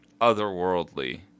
otherworldly